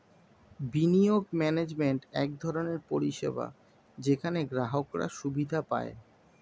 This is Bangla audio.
বিনিয়োগ ম্যানেজমেন্ট এক ধরনের পরিষেবা যেখানে গ্রাহকরা সুবিধা পায়